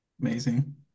Amazing